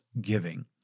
giving